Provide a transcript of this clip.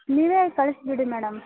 ನೀವೇ ಕಳಿಸಿಬಿಡಿ ಮೇಡಮ್